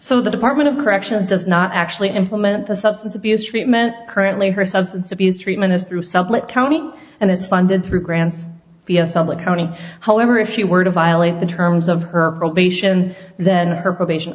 so the department of corrections does not actually implement the substance abuse treatment currently her substance abuse treatment is through sublette county and it's funded through grants summit county however if she were to violate the terms of her probation then her probation